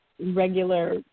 regular